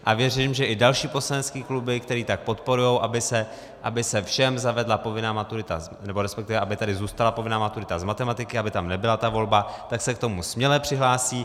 A věřím, že i další poslanecké kluby, které tak podporují, aby se všem zavedla povinná maturita, nebo resp. aby tedy zůstala povinná maturita z matematiky, aby tam nebyla ta volba, se k tomu směle přihlásí.